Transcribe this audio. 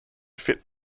fit